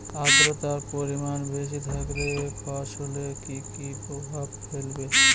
আদ্রর্তার পরিমান বেশি থাকলে ফসলে কি কি প্রভাব ফেলবে?